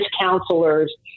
counselors